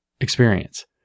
experience